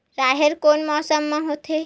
राहेर कोन मौसम मा होथे?